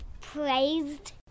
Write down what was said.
praised